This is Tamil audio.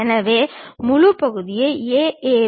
எனவே முதல் பகுதியை A A